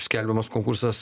skelbiamas konkursas